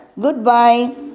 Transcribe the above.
goodbye